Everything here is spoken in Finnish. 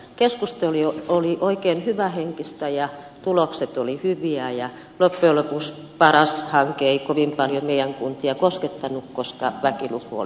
keskustelu oli oikein hyvähenkistä ja tulokset olivat hyviä ja loppujen lopuksi paras hanke ei kovin paljon meidän kuntia koskettanut koska väkiluku oli niin suuri